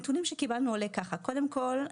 מן הנתונים שקיבלנו עולה כך: קודם כול,